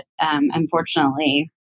unfortunately